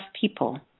people